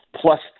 plus